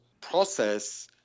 process